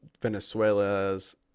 Venezuela's